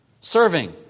Serving